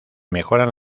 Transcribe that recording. mejoran